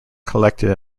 collected